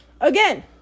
Again